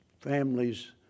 families